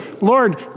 Lord